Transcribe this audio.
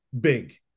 big